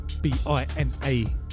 B-I-N-A